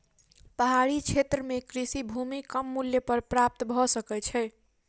पहाड़ी क्षेत्र में कृषि भूमि कम मूल्य पर प्राप्त भ सकै छै